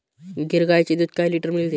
गीर गाईचे दूध काय लिटर मिळते?